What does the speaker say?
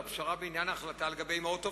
הפשרה בעניין ההחלטה לגבי אמהות עובדות,